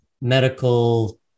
medical